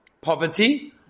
poverty